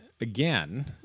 again